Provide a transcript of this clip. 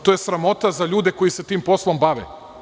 To je sramota za ljude koji se tim poslom bave.